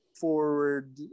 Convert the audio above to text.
forward